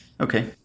okay